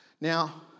Now